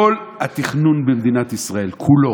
כל התכנון במדינת ישראל, כולו,